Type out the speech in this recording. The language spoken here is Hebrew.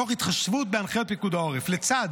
תוך התחשבות בהנחיות פיקוד העורף לצד